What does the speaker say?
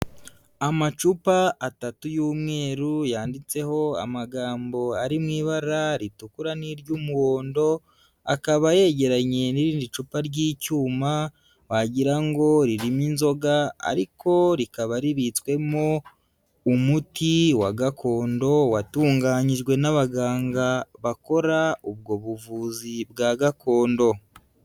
Amacupa atatu y'umweru yanditseho amagambo ari mu ibara ritukura n'iry'umuhondo, akaba yegeranye n'irindi cupa ry'icyuma wagira ngo ririmo inzoga ariko rikaba ribitswemo umuti wa gakondo watunganyijwe n'abaganga bakora ubwo buvuzi bwa gakondo.